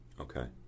Okay